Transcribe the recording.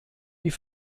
die